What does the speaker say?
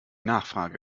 nachfrage